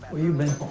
where you been?